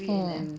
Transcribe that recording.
orh